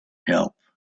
help